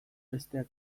besteak